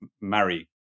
marry